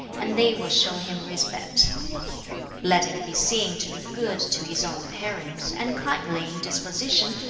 and they will show him respect let him be seen to be good to his own parents, and kindly in disposition,